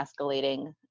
escalating